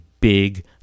big